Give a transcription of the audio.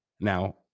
Now